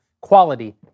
Quality